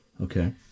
Okay